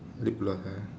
lip locker